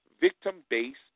victim-based